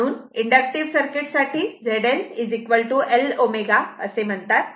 म्हणून inductive circuit साठी Z L L ω असे म्हणतात